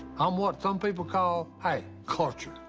i'm what some people call, hey, cordial,